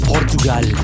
Portugal